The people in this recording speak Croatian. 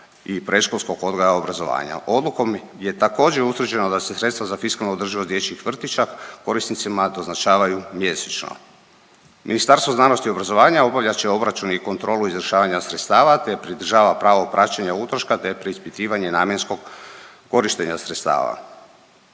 i predškolskog odgoja i obrazovanja. Odlukom je također utvrđeno da se sredstva za fiskalnu održivost dječjih vrtića korisnicima doznačavaju mjesečno. Ministarstvo znanosti i obrazovanja obavljat će obračun i kontrolu izvršavanja sredstava, te pridržava pravo praćenja utroška, te preispitivanje namjenskog korištenja sredstava.